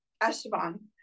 Esteban